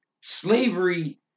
slavery